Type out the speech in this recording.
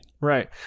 Right